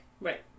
Right